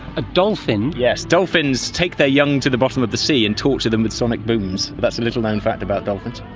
a dolphin? yes, dolphins take their young to the bottom of the sea and talk to them with sonic booms. that's a little known fact about dolphins.